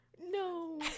No